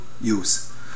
use